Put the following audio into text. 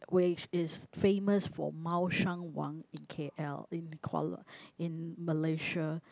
which is famous for Mao Shan Wang in k_l in the Kuala in Malaysia